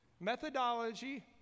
methodology